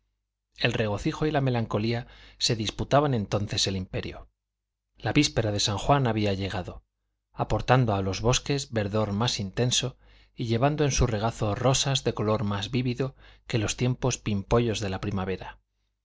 el regocijo y la melancolía se disputaban entonces el imperio la víspera de san juan había llegado aportando a los bosques verdor más intenso y llevando en su regazo rosas de color más vivido que los tiernos pimpollos de la primavera